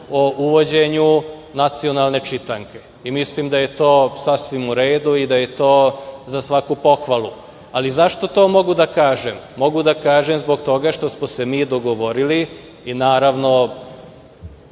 o uvođenju nacionalne čitanke. Mislim da je to sasvim u redu i da je to za svaku pohvalu.Zašto to mogu da kažem? Mogu da kažem zbog toga što smo se mi dogovorili i naravno